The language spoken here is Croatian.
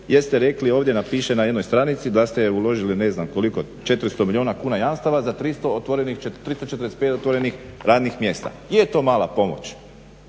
jer ste rekli ovdje piše na jednoj stranici da ste uložili ne znam koliko 400 milijuna kuna jamstava za 345 otvorenih radnih mjesta. Je to mala pomoć,